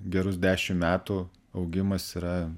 gerus dešim metų augimas yra